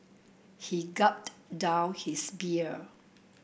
he gulped down his beer